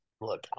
look